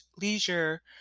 leisure